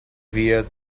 via